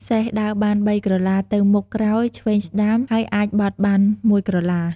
សេះ ដើរបាន ៣ក្រឡា ទៅមុខ ក្រោយ ឆ្វេង ស្កាំ ហើយអាចបត់បាន ១ក្រឡា។